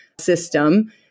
system